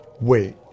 Wait